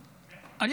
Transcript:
זה נקודות, א.